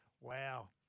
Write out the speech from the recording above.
Wow